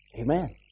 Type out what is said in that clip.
Amen